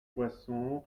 poisson